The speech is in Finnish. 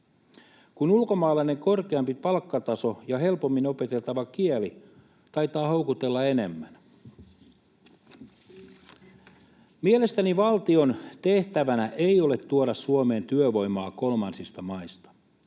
kun ulkomaalainen korkeampi palkkataso ja helpommin opeteltava kieli taitavat houkutella enemmän? Mielestäni valtion tehtävänä ei ole tuoda Suomeen työvoimaa kolmansista maista.